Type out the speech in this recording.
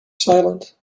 silent